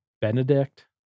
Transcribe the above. benedict